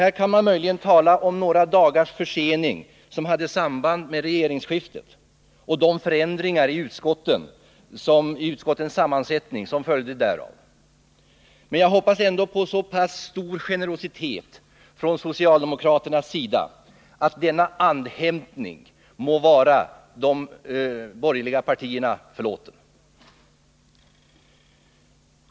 Här kan man möjligen tala om några dagars försening, som hade samband med regeringsskiftet och de förändringar i utskottets sammansättning som följde därav. Men jag hoppas ändå på en så pass stor generositet från socialdemokraternas sida att denna andhämtning må vara de borgerliga partierna förlåten.